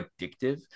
addictive